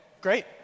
great